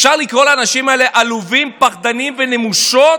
אפשר לקרוא לאנשים האלה עלובים, פחדנים ונמושות?